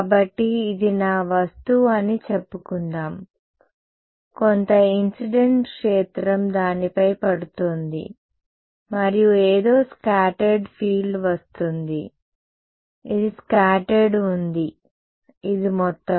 కాబట్టి ఇది నా వస్తువు అని చెప్పుకుందాం కొంత సంఘటన క్షేత్రం దానిపై పడుతోంది మరియు ఏదో స్కాటర్డ్ ఫీల్డ్ వస్తుంది ఇది స్కాటర్డ్ ఉంది ఇది మొత్తం